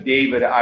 David